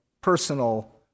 personal